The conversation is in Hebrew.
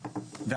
אנחנו